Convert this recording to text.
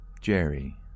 Jerry